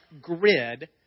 grid